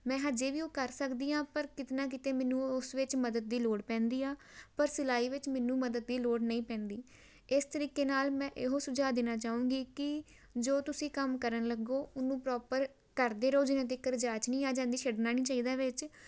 ਮੈਂ ਅਜੇ ਵੀ ਉਹ ਕਰ ਸਕਦੀ ਹਾਂ ਪਰ ਕਿਤੇ ਨਾ ਕਿਤੇ ਮੈਨੂੰ ਉਸ ਵਿੱਚ ਮਦਦ ਦੀ ਲੋੜ ਪੈਂਦੀ ਆ ਪਰ ਸਿਲਾਈ ਵਿੱਚ ਮੈਨੂੰ ਮਦਦ ਦੀ ਲੋੜ ਨਹੀਂ ਪੈਂਦੀ ਇਸ ਤਰੀਕੇ ਨਾਲ ਮੈਂ ਇਹੋ ਸੁਝਾਅ ਦੇਣਾ ਚਾਹੁੰਗੀ ਕਿ ਜੋ ਤੁਸੀਂ ਕੰਮ ਕਰਨ ਲੱਗੋ ਉਹਨੂੰ ਪ੍ਰੋਪਰ ਕਰਦੇ ਰਹੋ ਜਿਨ੍ਹਾਂ ਤੀਕਰ ਜਾਂਚ ਨਹੀਂ ਆ ਜਾਂਦੀ ਛੱਡਣਾ ਨਹੀਂ ਚਾਹੀਦਾ ਵਿੱਚ